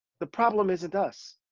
the problem isn't us.